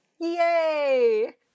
Yay